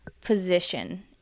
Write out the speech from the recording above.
position